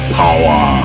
power